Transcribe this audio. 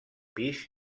pis